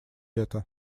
это